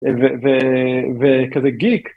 וכזה גיק.